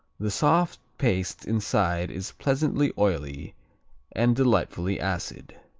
the soft paste inside is pleasantly oily and delightfully acid.